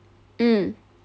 mm